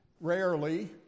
rarely